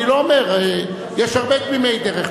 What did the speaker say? אני לא אומר, יש הרבה תמימי דרך.